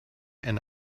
and